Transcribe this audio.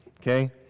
Okay